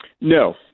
No